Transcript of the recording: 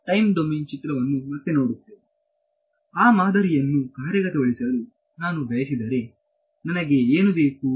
time domain ಚಿತ್ರವನ್ನು ಮತ್ತೆ ನೋಡುತ್ತೇನೆಆ ಮಾದರಿಯನ್ನು ಕಾರ್ಯಗತಗೊಳಿಸಲು ನಾನು ಬಯಸಿದರೆ ನನಗೆ ಏನು ಬೇಕು